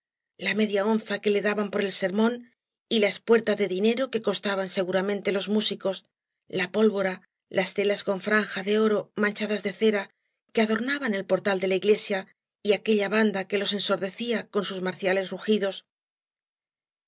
la media onza que le daban por el sermón y la espuerta de dinero que eoetaban seguramente los músicos la pólvora las telas con franja de oro manchadas de cera que adornaban el portal de la iglesia y aqualla banda que los ensordecía con sus marciales rugidos los